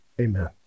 Amen